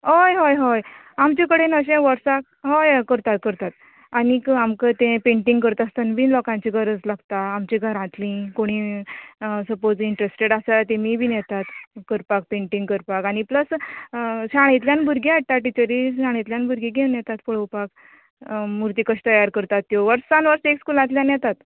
हय हय हय आमच्या कडेन अशे वर्साक हय हय करतात करतात आनीक आमका ते पेंटिंग करता आसतना बीन लोकांची गरज लागता आमच्या घरातली कोणी सपोज इंट्रस्टेड आसा तेमी बी येतात करपाक पेंटिंग करपाक आनी प्लस शाळेंतल्यान भुरगे हाडटात टिचरी शाळेंतल्यान भुरगी घेवन येता पळोवपाक मुर्ती कश्यो तयार करता त्यो वर्सान वर्स तेच स्कुलांतल्यान येतात